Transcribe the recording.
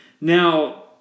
Now